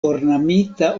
ornamita